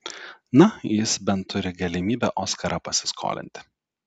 na jis bent turi galimybę oskarą pasiskolinti